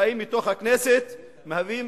שבאים מתוך הכנסת ומהווים